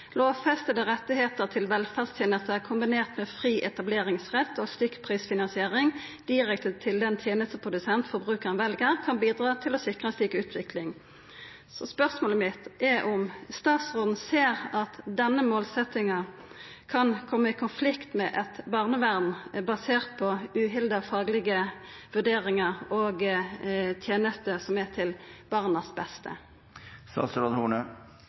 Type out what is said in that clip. Lovfestede rettigheter til velferdstjenester, kombinert med fri etableringsrett og stykkprisfinansiering direkte til den tjenesteprodusent forbrukeren velger, kan bidra til å sikre en slik utvikling.» Spørsmålet mitt er om statsråden ser at denne målsetjinga kan koma i konflikt med eit barnevern basert på uhilda faglege vurderingar og tenester som er til barnas